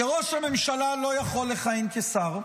כי ראש הממשלה לא יכול לכהן כשר,